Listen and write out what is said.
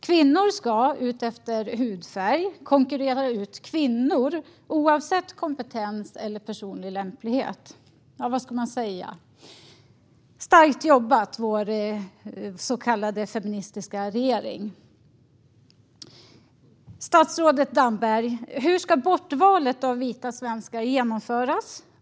Kvinnor ska, utifrån hudfärg, konkurrera ut kvinnor, oavsett kompetens eller personlig lämplighet. Ja, vad ska man säga? Starkt jobbat, vår så kallade feministiska regering! Statsrådet Damberg! Hur ska bortvalet av vita svenskar genomföras?